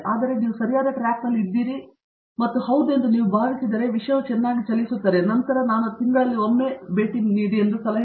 ಆದುದರಿಂದ ನೀವು ಸರಿಯಾದ ಟ್ರ್ಯಾಕ್ನಲ್ಲಿರುವಿರಿ ಮತ್ತು ನೀವು ಹೌದು ಎಂದು ಭಾವಿಸಿದರೆ ವಿಷಯವು ಚೆನ್ನಾಗಿ ಚಲಿಸುತ್ತದೆ ಮತ್ತು ನಂತರ ನಾನು ಒಂದು ತಿಂಗಳಲ್ಲಿ ಒಮ್ಮೆಯಾದರೂ ಸಲಹೆ ನೀಡುತ್ತಿದ್ದೇನೆ ಎಂದು ನಿಮಗೆ ತಿಳಿದಿದೆ